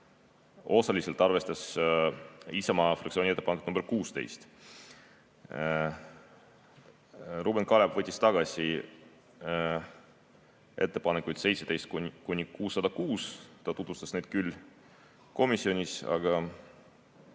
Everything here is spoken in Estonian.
osaliselt arvestas Isamaa fraktsiooni ettepanekut nr 16. Ruuben Kaalep võttis tagasi ettepanekud nr 17–606. Ta tutvustas neid küll komisjonis, aga